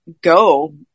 go